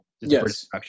Yes